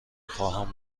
خواهم